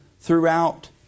throughout